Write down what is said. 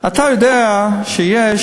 אתה יודע שיש,